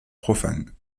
profane